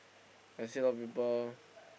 I see a lot of people